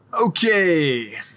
Okay